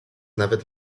nawet